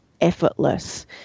effortless